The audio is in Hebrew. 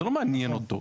זה לא מעניין אותו,